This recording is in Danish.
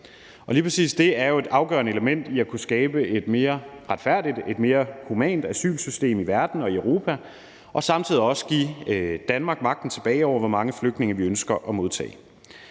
det er jo et afgørende element i at kunne skabe et mere retfærdigt, mere humant asylsystem i verden og i Europa og samtidig også give Danmark magten tilbage over, hvor mange flygtninge vi ønsker at modtage.